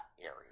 area